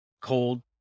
cold